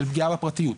של פגיעה בפרטיות.